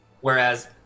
Whereas